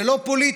זה לא פוליטי,